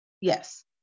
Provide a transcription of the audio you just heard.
yes